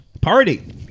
Party